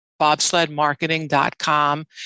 bobsledmarketing.com